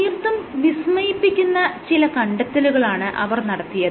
തീർത്തും വിസ്മയിപ്പിക്കുന്ന ചില കണ്ടെത്തലുകളാണ് അവർ നടത്തിയത്